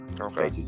Okay